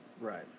Right